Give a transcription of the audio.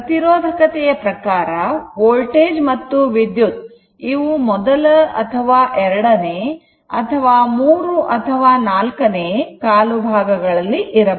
ಪ್ರತಿರೋಧಕತೆಯ ಪ್ರಕಾರ ವೋಲ್ಟೇಜ್ ಮತ್ತು ವಿದ್ಯುತ್ ಇವು ಮೊದಲ ಅಥವಾ ಎರಡನೇ ಅಥವಾ ಮೂರು ಅಥವಾ ನಾಲ್ಕನೇ ಕಾಲುಭಾಗಗಳಲ್ಲಿ ಇರಬಹುದು